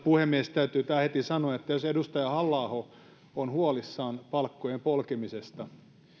puhemies täytyy tähän heti sanoa että jos edustaja halla aho on huolissaan palkkojen polkemisesta